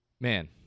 Man